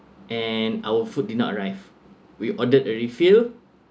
and our food did not arrive we ordered a refill